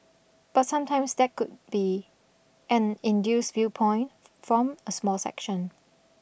but sometimes that could be an induced viewpoint from a small section